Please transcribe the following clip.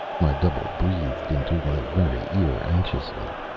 my double breathed into my very ear, anxiously.